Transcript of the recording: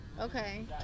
okay